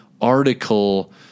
article